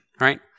right